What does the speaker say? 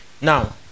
Now